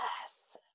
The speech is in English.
Yes